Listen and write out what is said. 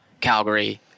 Calgary